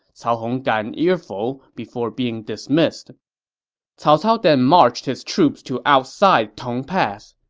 cao hong got an earful before being dismissed cao cao then marched his troops to outside tong pass.